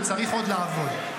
וצריך עוד לעבוד,